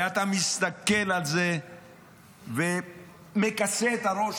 ואתה מסתכל על זה ומכסה את הראש,